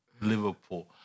Liverpool